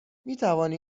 میتوانی